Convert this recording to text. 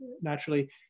naturally